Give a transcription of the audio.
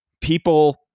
People